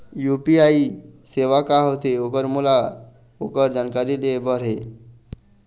UPI सेवा का होथे ओकर मोला ओकर जानकारी ले बर हे?